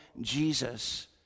Jesus